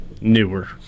newer